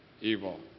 evil